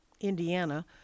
Indiana